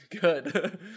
good